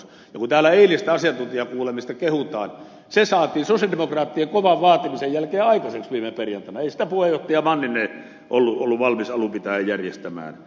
ja kun täällä eilistä asiantuntijakuulemista kehutaan niin se saatiin sosialidemokraattien kovan vaatimisen jälkeen aikaiseksi viime perjantaina ei sitä puheenjohtaja manninen ollut valmis alun pitäen järjestämään